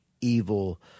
evil